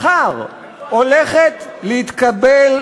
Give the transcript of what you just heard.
מחר הולכת להתקבל,